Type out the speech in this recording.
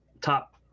top